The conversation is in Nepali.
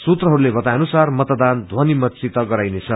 सूत्रहरूले बताए अनुसार मतवान ध्वनिमत सित गराइनेछ